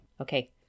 okay